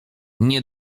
nie